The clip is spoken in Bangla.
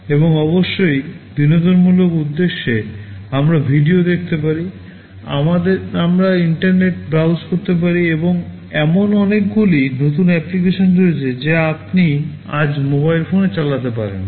এবং অবশ্যই বিনোদনমূলক উদ্দেশ্যে আমরা ভিডিও দেখতে পারি আমরা ইন্টারনেট ব্রাউজ করতে পারি এবং এমন অনেকগুলি নতুন অ্যাপ্লিকেশন রয়েছে যা আপনি আজ মোবাইল ফোনে চালাতে পারেন